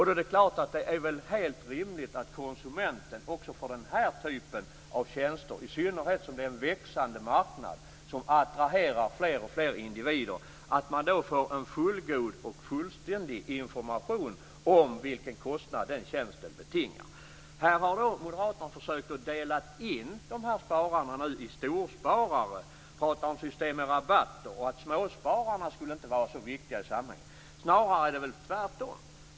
Då är det helt rimligt att konsumenten också för den här typen av tjänster, i synnerhet som det är en växande marknad som attraherar fler och fler individer, får en fullgod och fullständig information om vilken kostnad den tjänsten betingar. Här har moderaterna delat in spararna, pratar om storsparare och system med rabatter som om småspararna inte skulle vara så viktiga i samhället. Snarare är det väl tvärtom.